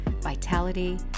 vitality